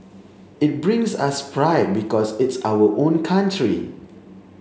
it brings us pride because it's our own country